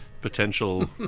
potential